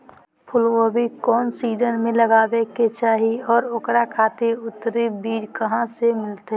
फूलगोभी कौन सीजन में लगावे के चाही और ओकरा खातिर उन्नत बिज कहा से मिलते?